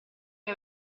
che